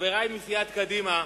כמדי שבוע חברי מסיעת קדימה